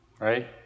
Right